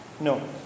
no